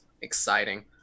exciting